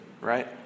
right